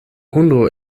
hundo